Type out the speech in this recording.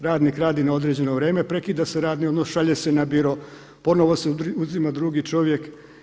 Radnik radi na određeno vrijeme, prekida se radni odnos, šalje se na biro, ponovno se uzima drugi čovjek.